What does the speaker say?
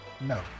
No